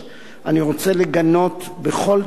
אני רוצה לגנות בכל תוקף